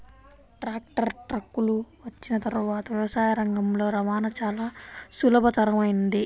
tractor, ట్రక్కులు వచ్చిన తర్వాత వ్యవసాయ రంగంలో రవాణా చాల సులభతరమైంది